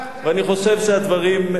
ואני חושב שהדברים,